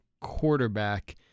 quarterback